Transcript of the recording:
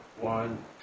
one